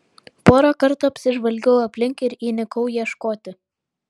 porą kartų apsižvalgiau aplink ir įnikau ieškoti